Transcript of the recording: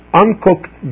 uncooked